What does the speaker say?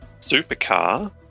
supercar